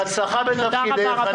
בהצלחה בתפקידך.